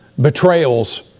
betrayals